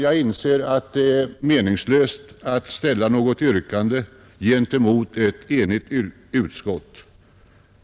Jag anser att det är meningslöst att ställa något yrkande gentemot ett enigt utskott.